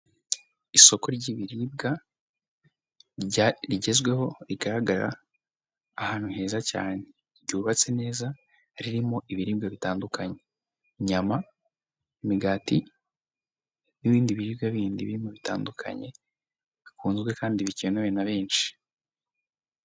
Isoko ry'ibiribwa rigezweho rigaragara ahantu heza cyane, ryubatse neza ririmo ibiribwa bitandukanye inyama, imigati n'ibindi biribwa bindi bimo bitandukanye, bikunzwe kandi bikenewe na benshi.